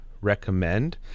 recommend